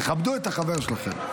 תכבדו את החבר שלכם.